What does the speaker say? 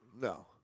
No